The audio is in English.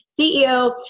CEO